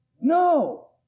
no